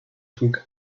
trug